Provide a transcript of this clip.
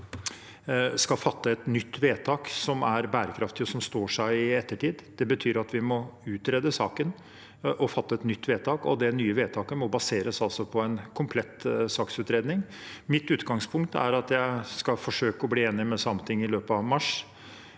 skal fatte et nytt vedtak som er bærekraftig, og som står seg i ettertid. Det betyr at vi må utrede saken og fatte nytt vedtak, og det nye vedtaket må baseres på en komplett saksutredning. Mitt utgangspunkt er at jeg skal forsøke å bli enig med Sametinget i løpet av mars